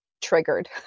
triggered